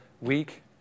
week